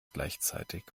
gleichzeitig